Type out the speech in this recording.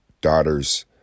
daughter's